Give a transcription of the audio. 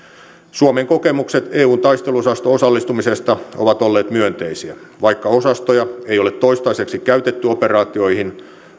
suomen kokemukset eun taisteluosasto osallistumisesta ovat olleet myönteisiä vaikka osastoja ei ole toistaiseksi käytetty operaatioihin